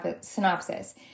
synopsis